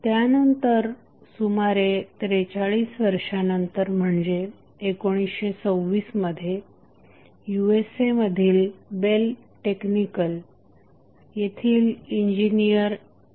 त्यानंतर सुमारे 43 वर्षांनंतर म्हणजे 1926 मध्ये USA मधील बेल टेक्निकल येथील इंजिनियर इ